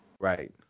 Right